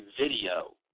video